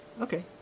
okay